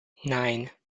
nine